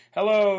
Hello